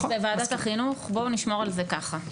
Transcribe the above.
לפחות בוועדת החינוך, בואו נשמור על זה ככה.